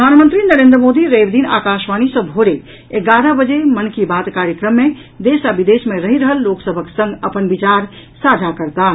प्रधानमंत्री नरेन्द्र मोदी रवि दिन आकाशवाणी सँ भोरे एगारह बजे मन की बात कार्यक्रम मे देश आ विदेश मे रहि रहल लोक सभक संग अपन विचार साझा करताह